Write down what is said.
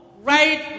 right